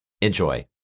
Enjoy